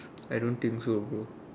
I don't think so bro